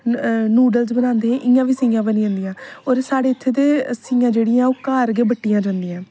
noodles बनांदे इयां बी सीयां बनी जंदियां और साढ़े उत्थै दे सेइयां जेहडियां ओह् घार गै बट्टियां जंदियां